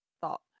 thought